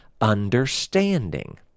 understanding